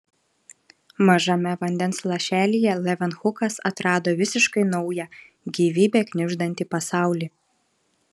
mažame vandens lašelyje levenhukas atrado visiškai naują gyvybe knibždantį pasaulį